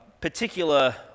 particular